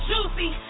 Juicy